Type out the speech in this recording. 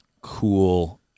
cool